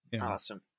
awesome